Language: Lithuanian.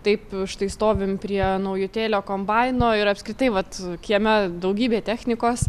taip štai stovim prie naujutėlio kombaino ir apskritai vat kieme daugybė technikos